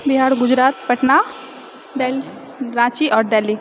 बिहार गुजरात पटना देल राँची आओर देल्ही